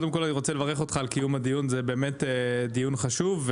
לברך אותך על קיום הדיון, זה באמת דיון חשוב,